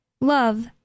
Love